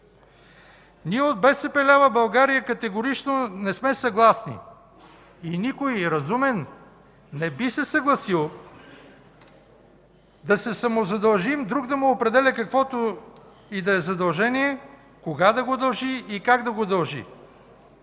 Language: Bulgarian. Ние от БСП лява България категорично не сме съгласни и никой разумен не би се съгласил да се самозадължим друг да му определя каквото и да е задължение, кога да го дължи и как да го дължи.